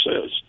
says